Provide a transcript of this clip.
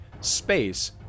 space